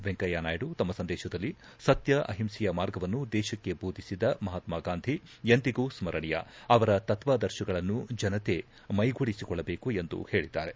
ವೆಂಕಯ್ತ ನಾಯ್ದು ತಮ್ಮ ಸಂದೇಶದಲ್ಲಿ ಸತ್ತ್ವ ಅಹಿಂಸೆಯ ಮಾರ್ಗವನ್ನು ದೇಶಕ್ಕೆ ಬೋಧಿಸಿದ ಮಹಾತ್ಮ ಗಾಂಧಿ ಎಂದಿಗೂ ಸ್ಕರಣೀಯ ಅವರ ತತ್ವಾದರ್ಶಗಳನ್ನು ಜನತೆ ಮೈಗೂಡಿಸಿಕೊಳ್ಳಬೇಕು ಎಂದು ಹೇಳಿದ್ದಾರೆ